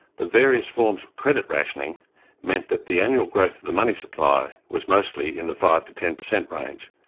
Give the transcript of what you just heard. the various forms of credit rationing meant that the annual growth of the money supply was mostly in the five percent to ten percent range,